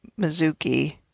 Mizuki